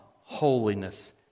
holiness